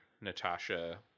Natasha